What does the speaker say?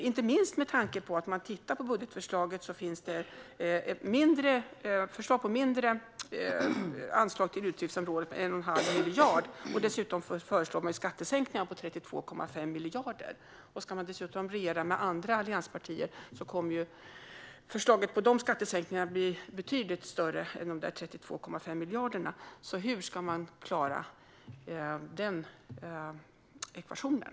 Inte minst undrar jag med tanke på att det i budgetförslaget finns 1 1⁄2 miljard mindre i anslag till utgiftsområdet. Dessutom föreslår man ju skattesänkningar på 32,5 miljarder. Ska man utöver det regera med andra allianspartier kommer förslaget om skattesänkningar att gälla betydligt mer än 32,5 miljarder. Hur ska man alltså klara den ekvationen?